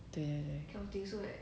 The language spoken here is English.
对啊对